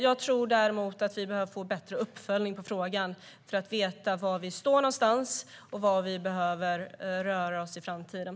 Jag tror däremot att vi behöver få bättre uppföljning av frågan för att veta var vi står och vart vi behöver röra oss i framtiden.